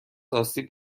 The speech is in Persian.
آسیب